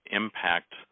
impact